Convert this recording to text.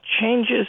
changes